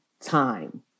time